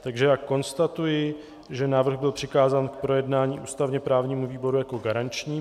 Takže konstatuji, že návrh byl přikázán k projednání ústavněprávnímu výboru jako garančnímu.